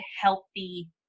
healthy